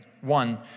one